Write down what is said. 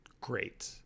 great